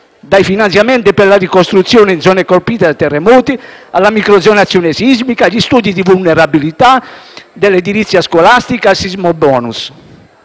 dai finanziamenti per la ricostruzione in zone colpite da terremoti alla microzonazione sismica, agli studi di vulnerabilità dell'edilizia scolastica, al sisma *bonus*.